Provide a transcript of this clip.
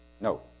No